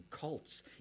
cults